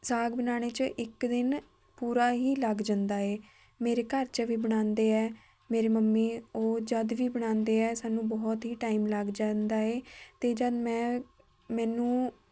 ਸਾਗ ਬਣਾਉਣ 'ਚ ਇੱਕ ਦਿਨ ਪੂਰਾ ਹੀ ਲੱਗ ਜਾਂਦਾ ਹੈ ਮੇਰੇ ਘਰ 'ਚ ਵੀ ਬਣਾਉਂਦੇ ਹੈ ਮੇਰੇ ਮੰਮੀ ਉਹ ਜਦ ਵੀ ਬਣਾਉਂਦੇ ਹੈ ਸਾਨੂੰ ਬਹੁਤ ਹੀ ਟਾਈਮ ਲੱਗ ਜਾਂਦਾ ਹੈ ਅਤੇ ਜਦ ਮੈਂ ਮੈਨੂੰ